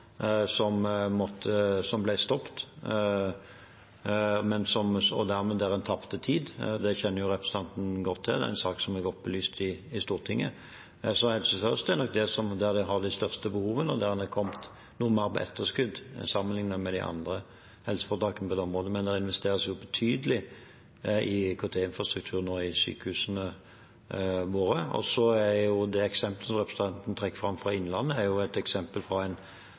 som ble stoppet, og der man dermed tapte tid. Det kjenner representanten Wilkinson godt til. Det er en sak jeg opplyste om i Stortinget. Så det er nok i Helse Sør-Øst man har de største behovene, og der man har kommet noe mer på etterskudd sammenliknet med de andre helseforetakene på det området. Men det investeres betydelig i IKT-infrastruktur i sykehusene våre. Det eksemplet representanten trekker fram fra Innlandet, er et eksempel